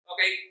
Okay